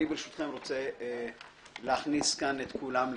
אני ברשותכם רוצה להכניס כאן את כולם,